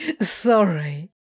sorry